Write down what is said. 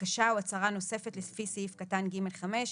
בקשה או הצהרה נוספת לפי סעיף קטן (ג)(5)